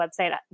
website